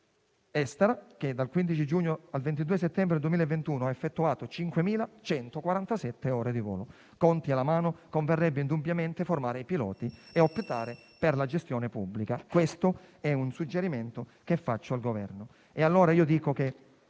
estera che, dal 15 giugno al 22 settembre 2021, ha effettuato 5.147 ore di volo. Conti alla mano, converrebbe indubbiamente formare i piloti e optare per la gestione pubblica. Questo è un suggerimento che rivolgo al Governo. Non mi dilungo